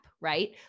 right